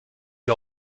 die